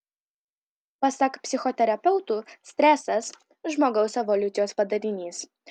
pasak psichoterapeutų stresas žmogaus evoliucijos padarinys